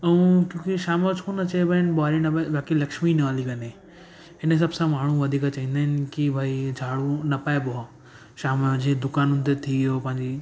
ऐं छोकि शाम जो छो न चएबा आहिनि ॿुहारी न पाए ताकि लक्ष्मी न हली वञे इन इसाब सां माण्हू वधीक चवंदा आहिनि की भाई झाड़ू न पाइबो आहे शाम जो जीअं दुकाननि ते थी वियो पंहिंजी